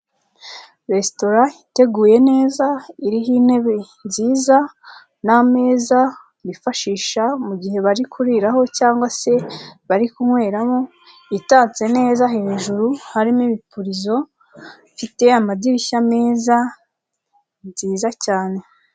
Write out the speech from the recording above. Resitoraa iteguye neza iriho intebe nziza n'ameza bifashisha mu gihe bari kuriraho cyangwa se bari kunyweramo, itatse neza hejuru harimo ibipurizo, ifite amadirishya meza, ni nziza cyane.